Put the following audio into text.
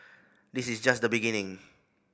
this is just the beginning